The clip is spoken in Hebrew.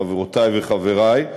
חברותי וחברי,